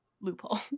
loophole